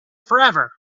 forever